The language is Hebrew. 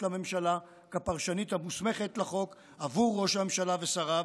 המשפטית לממשלה כפרשנית המוסמכת לחוק עבור ראש הממשלה ושריו,